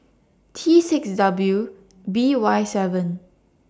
T six W B Y seven